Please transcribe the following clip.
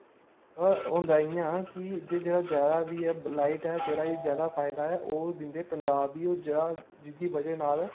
होंदा इ'यां कि एहदे च जेहडा ज्यादा लाइट ऐ ज्यादा ओह् दिंदे पजांब गी ओर जेहड़ा जेह्दी बजह नाल